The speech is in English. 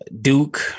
Duke